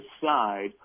decide